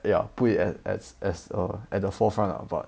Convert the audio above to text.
ya put it as as at the forefront lah but